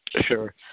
Sure